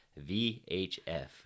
VHF